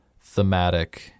thematic